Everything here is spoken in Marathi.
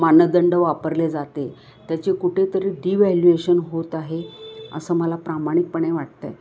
मानदंड वापरले जाते त्याचे कुठेतरी डीवॅल्युएशन होत आहे असं मला प्रामाणिकपणे वाटत आहे